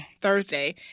Thursday